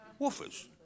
Woofers